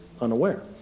unaware